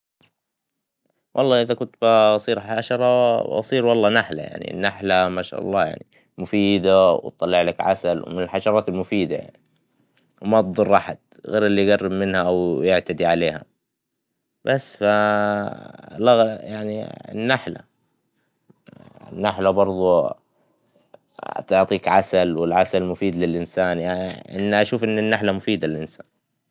والله إذا كنت بصير حشرة, أصير والله نحلة يعني, النحلة ما شاء الله يعني, مفيدة وتطلعلك عسل, ومن الحشرات المفيدة يعني, وما تظر احد, غير إللي يقرب منها أو يعتدي عليها, بس ف لغل- يعني النحلة, النحلة برظه تعطيك عسل, والعسل مفيد للإنسان, يعني ان- أشوف إن النحلة مفيدة للإنسان.